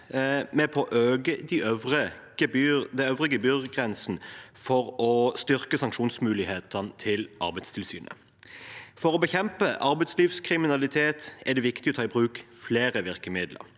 med på å øke den øvre gebyrgrensen for å styrke sanksjonsmulighetene til Arbeidstilsynet. For å bekjempe arbeidslivskriminalitet er det viktig å ta i bruk flere virkemidler.